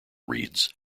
reads